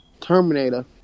Terminator